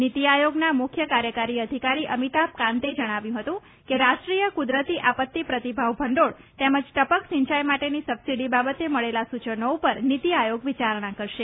નીતિઆયોગના મુખ્ય કાર્યકારી અધિકારી અમિતાભ કાંતે જણાવ્યું હતું કે રાષ્ટ્રીય કુદરતી આપત્તિ પ્રતિભાવ ભંડોળ તેમજ ટપક સિંચાઇ માટેની સબસીડી બાબતે મળેલા સૂચનો ઉપર નીતિઆયોગ વિચારણા કરશે